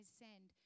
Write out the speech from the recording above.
send